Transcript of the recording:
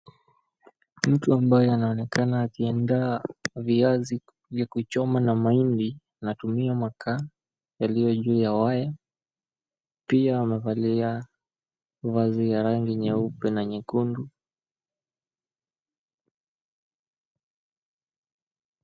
Mtu ambaye anaonekana akiandaa viazi vya kuchoma na mahindi, anatumia makaa yaliyo juu ya waya. Pia amevalia vazi ya rangi nyeupe na nyekundu.